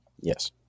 Yes